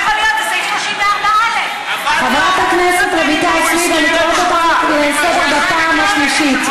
אני קוראת אותך לסדר פעם שלישית.